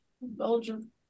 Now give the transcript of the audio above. Belgium